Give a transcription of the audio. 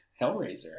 Hellraiser